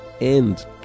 end